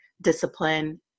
discipline